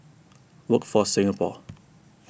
Workforce Singapore